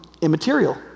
immaterial